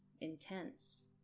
intense